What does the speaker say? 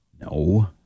No